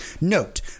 note